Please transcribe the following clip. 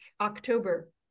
October